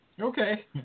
okay